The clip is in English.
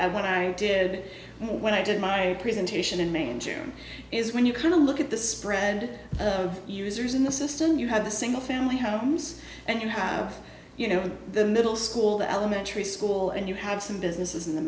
and what i did when i did my presentation in may and june is when you kind of look at the spread of users in the system you have a single family homes and you have you know the middle school the elementary school and you have some business in the